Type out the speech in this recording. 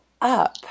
up